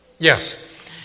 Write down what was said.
Yes